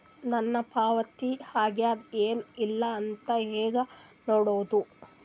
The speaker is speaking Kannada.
ನನ್ನ ಪಾವತಿ ಆಗ್ಯಾದ ಏನ್ ಇಲ್ಲ ಅಂತ ಹೆಂಗ ನೋಡುದು?